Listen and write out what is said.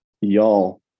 Y'all